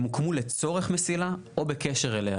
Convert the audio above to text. הם הוקמו לצורך מסילה או בקשר אליה.